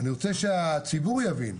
אני רוצה שהציבור יבין,